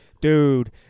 dude